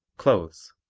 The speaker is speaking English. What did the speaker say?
clothes